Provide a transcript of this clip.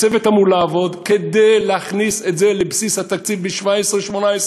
הצוות אמור לעבוד כדי להכניס את זה לבסיס התקציב ב-17'-18',